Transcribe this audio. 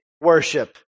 worship